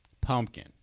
Pumpkin